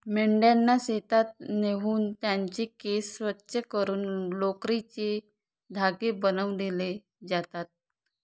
मेंढ्यांना शेतात नेऊन त्यांचे केस स्वच्छ करून लोकरीचे धागे बनविले जातात